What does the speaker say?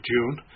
June